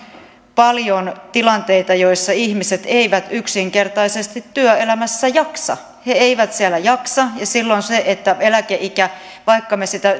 paljon tilanteita joissa ihmiset eivät yksinkertaisesti työelämässä jaksa he eivät siellä jaksa ja silloin se eläkeikä vaikka me sitä